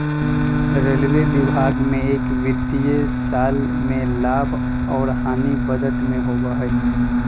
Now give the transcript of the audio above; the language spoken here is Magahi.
रेलवे विभाग में एक वित्तीय साल में लाभ और हानि बजट में होबा हई